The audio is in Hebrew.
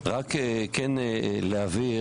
רק להבהיר.